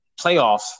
playoffs